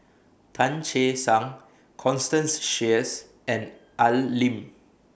Tan Che Sang Constance Sheares and Al Lim